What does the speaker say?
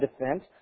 defense